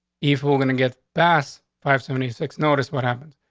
if we're gonna get past five seventy six notice what happened.